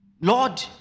Lord